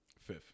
Fifth